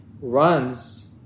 runs